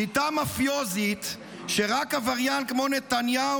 שיטה מאפיוזית שרק עבריין כמו נתניהו